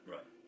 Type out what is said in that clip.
Right